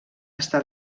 està